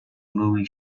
movie